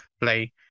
play